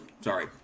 sorry